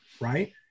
right